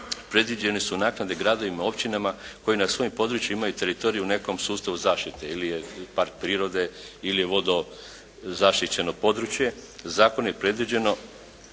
predviđene su naknade gradovima, općinama koji na svojim područjima imaju teritoriju u nekom sustavu zaštite. Ili je park prirode ili je vodozaštićeno područje zakon je predviđeno